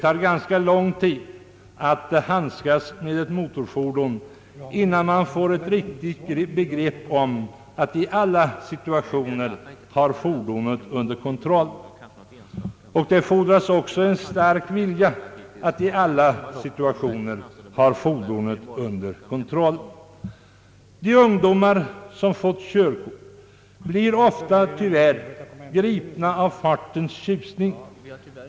Man måste handskas med ett motorfordon ganska länge innan man får ett riktigt begrepp om att i alla situationer ha fordonet under kontroll, och det fordras också en stark vilja härför. De ungdomar som fått körkort blir tyvärr ofta gripna av fartens tjusning.